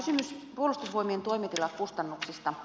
kysymys puolustusvoimien toimitilakustannuksista